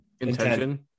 intention